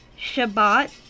Shabbat